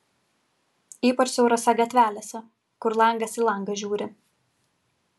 ypač siaurose gatvelėse kur langas į langą žiūri